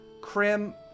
Krim